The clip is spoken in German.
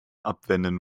abwenden